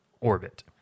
orbit